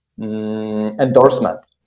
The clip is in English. endorsement